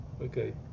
Okay